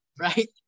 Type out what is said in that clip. right